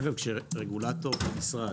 אגב, כשרגולטור במשרד,